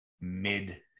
mid-